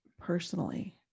personally